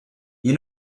you